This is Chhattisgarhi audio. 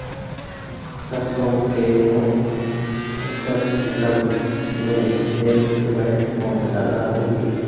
सरसो के कौन संकर किसम मे तेल पेरावाय म जादा होही?